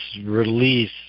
release